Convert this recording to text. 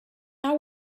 that